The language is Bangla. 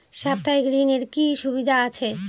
সাপ্তাহিক ঋণের কি সুবিধা আছে?